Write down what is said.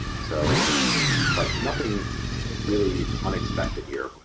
so but nothing really unexpected here.